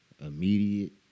immediate